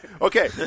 Okay